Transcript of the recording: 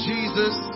Jesus